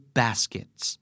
baskets